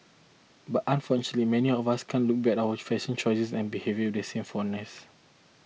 but unfortunately many of us can look back at our fashion choices and behaviour the same fondness